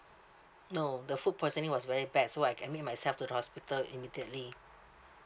no the food poisoning was very bad so I can I make myself to the hospital immediately